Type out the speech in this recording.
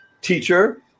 teacher